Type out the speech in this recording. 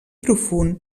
profund